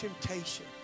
temptation